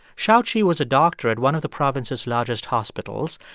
xiao-qi was a doctor at one of the province's largest hospitals.